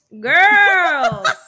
Girls